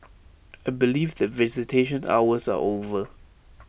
I believe that visitation hours are over